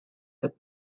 had